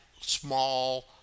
small